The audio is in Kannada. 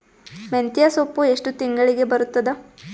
ಮೆಂತ್ಯ ಸೊಪ್ಪು ಎಷ್ಟು ತಿಂಗಳಿಗೆ ಬರುತ್ತದ?